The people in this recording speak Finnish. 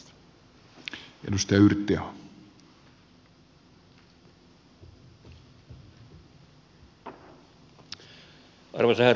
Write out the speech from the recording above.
arvoisa herra puhemies